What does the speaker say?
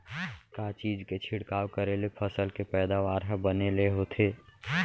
का चीज के छिड़काव करें ले फसल के पैदावार ह बने ले होथे?